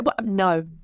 no